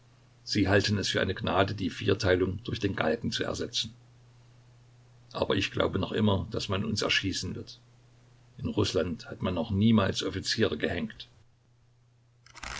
sie halten es für eine gnade das vierteilen durch den galgen zu ersetzen aber ich glaube noch immer daß man uns erschießen wird in rußland hat man noch niemals offiziere gehängt